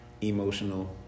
emotional